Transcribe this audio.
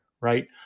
right